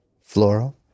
Floral